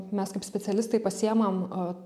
mes kaip specialistai pasiimam